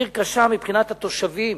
עיר קשה מבחינת התושבים,